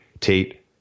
Tate